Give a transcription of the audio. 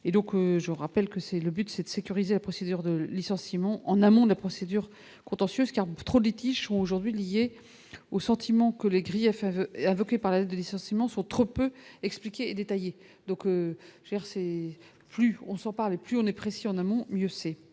je rappelle que c'est le but, c'est de sécuriser la procédure de licenciement en amont de la procédure contentieuse car trop litiges sont aujourd'hui liées au sentiment que les griefs avait invoqué par la de licenciements sont trop peu expliquées et détaillées donc verser plus on s'en parle et plus on est précis, en amont, mieux c'est